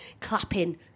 clapping